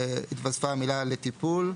התווספה המילה "לטיפול",